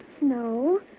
No